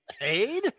paid